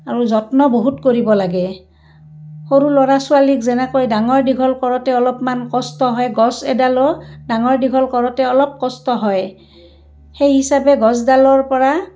আৰু যত্ন বহুত কৰিব লাগে সৰু ল'ৰা ছোৱালীক যেনেকৈ ডাঙৰ দীঘল কৰোঁতে অলপমান কষ্ট হয় গছ এডালো ডাঙৰ দীঘল কৰোঁতে অলপ কষ্ট হয় সেই হিচাপে গছডালৰ পৰা